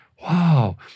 Wow